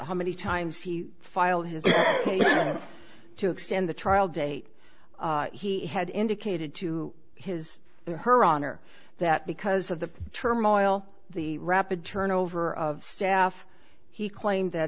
how many times he filed his ok to extend the trial date he had indicated to his or her honor that because of the turmoil the rapid turnover of staff he claimed that